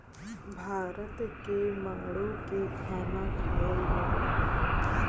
भात के माड़ो के खाना खायल जाला